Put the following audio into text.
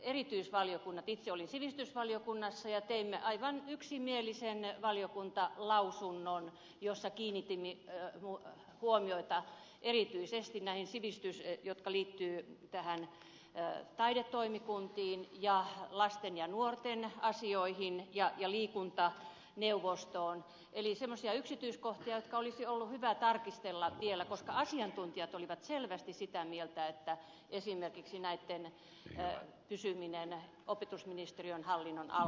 itse olin sivistysvaliokunnassa ja teimme aivan yksimielisen valiokuntalausunnon jossa kiinnitimme huomiota erityisesti näihin sivistysasioihin jotka liittyvät näihin taidetoimikuntiin ja lasten ja nuorten asioihin ja liikuntaneuvostoon eli ne ovat semmoisia yksityiskohtia joita olisi ollut hyvä tarkistella vielä koska asiantuntijat olivat selvästi sitä mieltä että esimerkiksi näitten pysyminen opetusministeriön hallinnon alla olisi ollut tarpeen